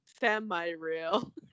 semi-real